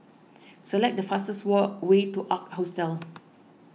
select the fastest way to Ark Hostel